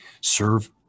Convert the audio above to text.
Serve